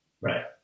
Right